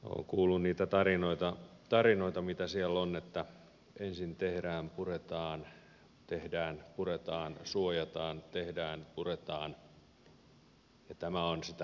olen kuullut niitä tarinoita mitä siellä on että ensin tehdään puretaan tehdään puretaan suojataan tehdään puretaan ja tämä on sitä ranskalaista suunnitelmallisuutta